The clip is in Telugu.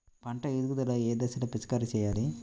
పంట ఎదుగుదల ఏ దశలో పిచికారీ చేయాలి?